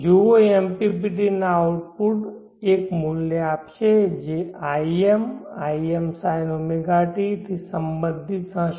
જુઓ MPPT output એક મૂલ્ય આપશે જે im imsinɷt થી સંબંધિત હશે